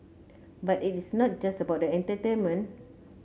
but it is not just about the entertainment